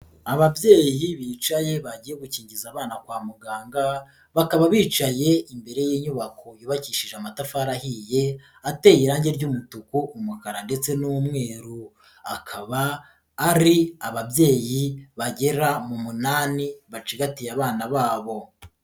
Ababyeyi bicaye bagiye gukingiza abana kwa muganga, bakaba bicaye imbere y'inyubako yubakishije amatafari ahiye, ateye irangi ry'umutuku, umukara ndetse n'umweru. Akaba ari ababyeyi bagera mu munani, bacigatiye abana babo.